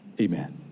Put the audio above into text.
amen